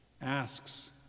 Asks